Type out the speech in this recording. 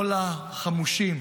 צריך לבוא ולפעול כנגד כל החמושים